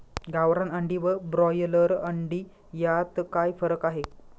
गावरान अंडी व ब्रॉयलर अंडी यात काय फरक आहे?